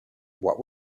what